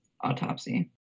autopsy